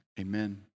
amen